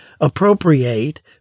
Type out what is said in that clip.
appropriate